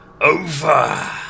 over